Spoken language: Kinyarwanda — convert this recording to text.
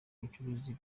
abacuruzi